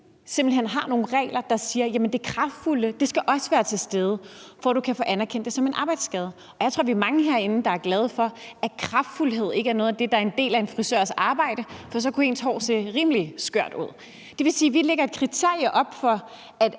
simpelt hen har nogle regler, der siger, at kraftanvendelse også skal være til stede, for at du kan få anerkendt noget som en arbejdsskade – jeg tror, vi er mange herinde, der er glade for, at kraftanvendelse ikke er noget af det, der er en del af en frisørs arbejde, for så kunne ens hår se rimelig skørt ud. Det vil sige, at vi lægger et kriterie op for,